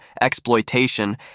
exploitation